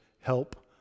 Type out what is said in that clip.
Help